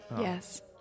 Yes